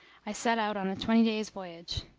i set out on a twenty days' voyage.